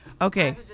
Okay